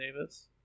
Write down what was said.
Davis